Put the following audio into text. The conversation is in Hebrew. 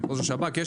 השב"כ,